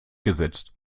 gesetzt